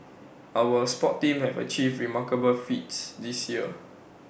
our sports teams have achieved remarkable feats this year